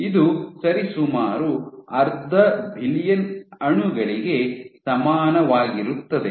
ಇದು ಸರಿಸುಮಾರು ಅರ್ಧ ಬಿಲಿಯನ್ ಅಣುಗಳಿಗೆ ಸಮಾನವಾಗಿರುತ್ತದೆ